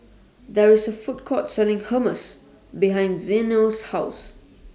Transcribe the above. There IS A Food Court Selling Hummus behind Zeno's House